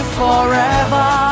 forever